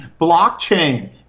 Blockchain